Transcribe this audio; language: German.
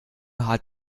hat